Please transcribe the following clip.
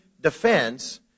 defense